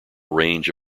range